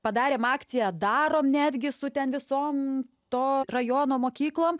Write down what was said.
padarėm akciją darom netgi su ten visom to rajono mokyklom